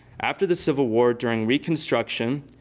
after the civil war during reconstruction,